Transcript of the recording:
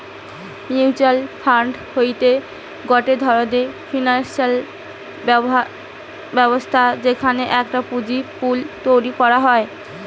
mutual fund হতিছে গটে ধরণের ফিনান্সিয়াল ব্যবস্থা যেখানে একটা পুঁজির পুল তৈরী করা হয়